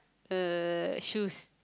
uh shoes